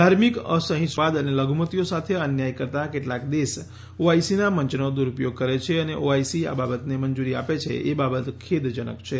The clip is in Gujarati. ધાર્મિક અસહિષ્ણુતા આત્યંતીકવાદ અને લધુમતીઓ સાથે અન્યાય કરતા કેટલાક દેશ ઓઆઈસીના મંચનો દુરૂપયોગ કરે છે અને ઓઆઈસી આ બાબતને મંજૂરી આપે છે એ બાબત ખેદજનક છે